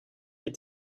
est